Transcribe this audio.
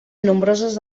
nombroses